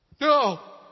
No